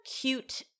cute